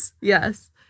Yes